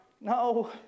No